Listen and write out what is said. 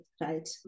right